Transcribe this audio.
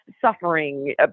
suffering